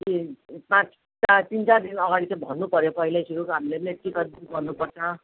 पाँच चार तिन चार दिन अगाडि चाहिँ भन्नुपऱ्यो पहिल्यैदेखिको हामीले पनि टिकट गर्नुपर्छ